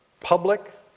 public